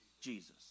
Jesus